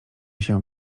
się